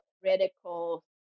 critical